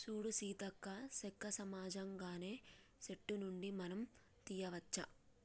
సూడు సీతక్క సెక్క సహజంగానే సెట్టు నుండి మనం తీయ్యవచ్చు